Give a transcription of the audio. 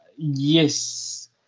Yes